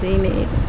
ಏನು